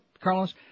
Carlos